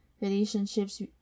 relationships